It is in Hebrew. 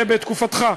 זה בתקופתך.